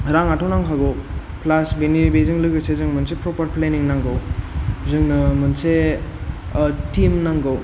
राङाथ' नांखागौ प्लास बेनि बेजों लोगोसे जोंनो मोनसे प्रपार प्लेनिं नांगौ जोंनो मोनसे टिम नांगौ